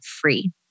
free